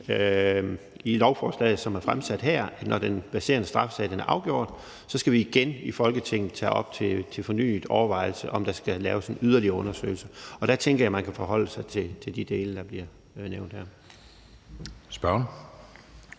i lovforslaget, som er fremsat her, at når den verserende straffesag er afgjort, skal vi i Folketinget igen tage op til fornyet overvejelse, om der skal laves en yderligere undersøgelse, og der tænker jeg, at man kan forholde sig til de dele, der bliver nævnt her. Kl.